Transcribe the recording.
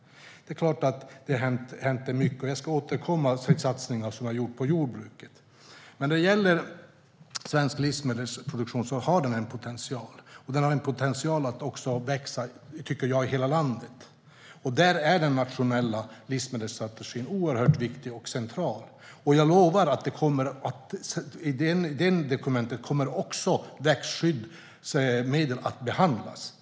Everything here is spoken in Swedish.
Det är klart att det har hänt mycket. Jag ska återkomma till satsningar som vi har gjort på jordbruket. Svensk livsmedelsproduktion har en potential. Den har också en potential att växa, tycker jag, i hela landet. Där är den nationella livsmedelsstrategin oerhört viktig och central. Jag lovar att också växtskyddsmedel kommer att behandlas där.